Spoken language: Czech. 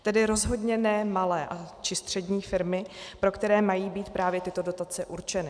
Tedy rozhodně ne malé či střední firmy, pro které mají být právě tyto dotace určeny.